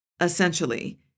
Essentially